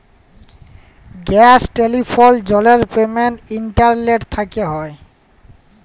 gas, telephone, জলের payment internet থ্যকে হয়